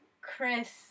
Chris